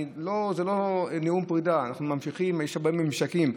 זה לא נאום פרידה, אנחנו ממשיכים, יש הרבה ממשקים.